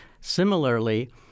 Similarly